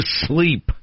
sleep